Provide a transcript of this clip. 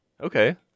Okay